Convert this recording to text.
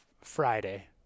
Friday